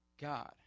God